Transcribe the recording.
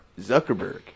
Zuckerberg